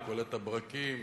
לקולט הברקים.